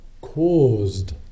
caused